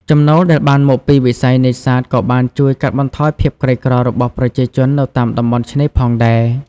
ចំណូលដែលបានមកពីវិស័យនេសាទក៏បានជួយកាត់បន្ថយភាពក្រីក្ររបស់ប្រជាជននៅតាមតំបន់ឆ្នេរផងដែរ។